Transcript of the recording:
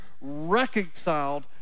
reconciled